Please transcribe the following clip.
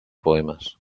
poemas